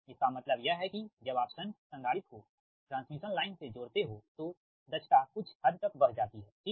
इसका मतलब यह है की जब आप शंट संधारित्र को ट्रांसमिशन लाइन से जोड़ते हो तो दक्षता कुछ हद तक बढ़ जाती हैठीक